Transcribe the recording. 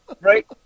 Right